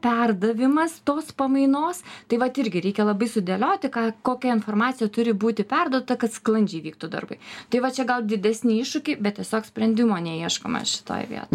perdavimas tos pamainos tai vat irgi reikia labai sudėlioti ką kokia informacija turi būti perduota kad sklandžiai vyktų darbai tai va čia gal didesni iššūkiai bet tiesiog sprendimo neieškoma šitoj vietoj